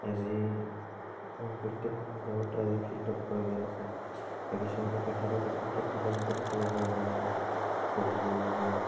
আজি প্ৰত্যেকখন গাঁৱত আজি ফিল্ডৰ প্ৰয়োজন আছে বা কিছুমানৰ পাথাৰতে ক্ৰিকেট সাধাৰণতে পাতিব পাৰা যায় বা ভলিবল বা